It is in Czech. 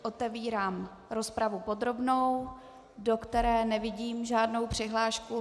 Otevírám rozpravu podrobnou, do které nevidím žádnou přihlášku.